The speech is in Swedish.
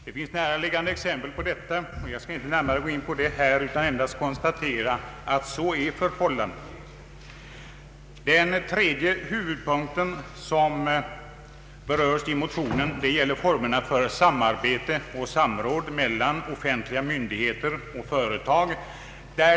Det finns näraliggande exempel på detta. Jag skall inte närmare gå in på det utan vill endast konstatera att så är förhållandet. Den tredje huvudpunkten som berörs i motionen gäller formerna för samarbete och samråd mellan offentliga myndigheter och företag.